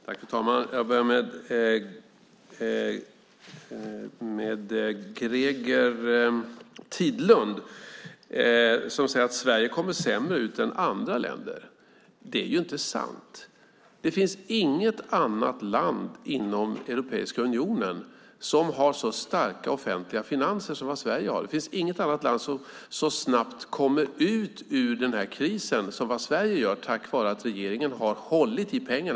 Fru talman! Jag börjar med Greger Tidlund, som säger att Sverige kommer sämre ur krisen än andra länder. Det är ju inte sant. Det finns inget annat land inom Europeiska unionen som har så starka offentliga finanser som Sverige. Det finns inget annat land som så snabbt kommer ut ur denna kris som Sverige, tack vare att regeringen har hållit i pengarna.